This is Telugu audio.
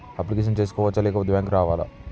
అప్లికేషన్ చేసుకోవచ్చా లేకపోతే బ్యాంకు రావాలా?